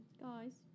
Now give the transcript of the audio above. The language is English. guys